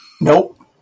Nope